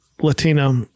Latino